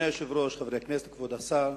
אדוני היושב-ראש, חברי הכנסת, כבוד השר,